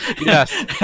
Yes